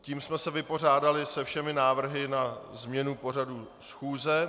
Tím jsme se vypořádali se všemi návrhy na změnu pořadu schůze.